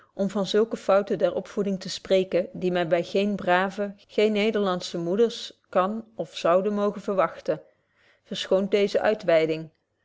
om van zulke fouten der opvoeding te spreken die men by gene brave betje wolff proeve over de opvoeding gene nederlandsche moeders kan of zoude mogen verwagten verschoont deeze uitwyding